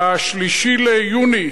ב-3 ביוני,